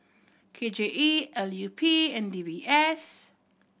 K J E L U P and D B S